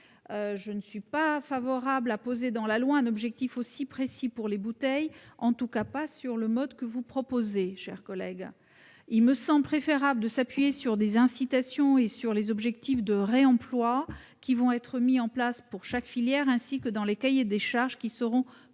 Je ne suis pas favorable à ce que nous inscrivions dans la loi un objectif aussi précis pour les bouteilles, en tout cas pas sur le mode que vous proposez, mon cher collègue. Il me semble préférable de s'appuyer sur des incitations et sur les objectifs de réemploi qui vont être mis en place pour chaque filière, ainsi que dans les cahiers des charges, lesquels seront contrôlés